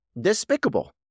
despicable